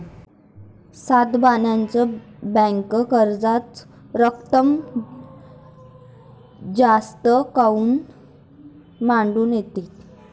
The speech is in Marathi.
सातबाऱ्यावर बँक कराच रक्कम जास्त काऊन मांडून ठेवते?